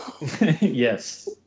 Yes